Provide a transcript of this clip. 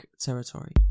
territory